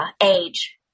age